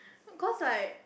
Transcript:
cause I